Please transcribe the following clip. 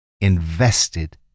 invested